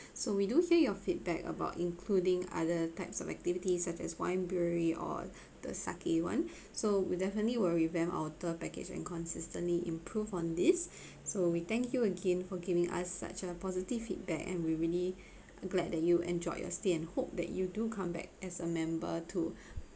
so we do hear your feedback about including other types of activities such as wine brewery or the sake [one] so we definitely will revamp outer package and consistently improve on this so we thank you again for giving us such a positive feedback and we really glad that you enjoyed your stay and hope that you do come back as a member to